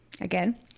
again